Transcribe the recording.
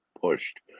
pushed